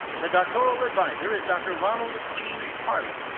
the doctoral adviser is dr. ronald g. harley.